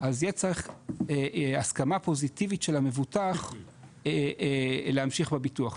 אז יהיה צריך הסכמה פוזיטיבית של המבוטח להמשיך בביטוח.